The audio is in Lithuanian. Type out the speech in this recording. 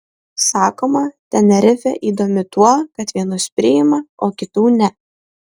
sakoma tenerifė įdomi tuo kad vienus priima o kitų ne